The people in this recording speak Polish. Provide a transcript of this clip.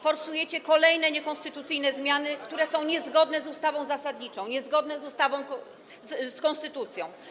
Forsujecie kolejne niekonstytucyjne zmiany, które są niezgodne z ustawą zasadniczą, niezgodne z konstytucją.